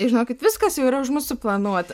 ir žinokit viskas jau yra už suplanuota